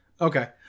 okay